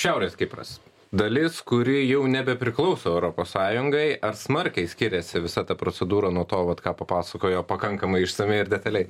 šiaurės kipras dalis kuri jau nebepriklauso europos sąjungai ar smarkiai skiriasi visa ta procedūra nuo to vat ką papasakojo pakankamai išsamiai ir detaliai